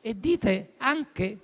e dite anche